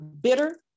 bitter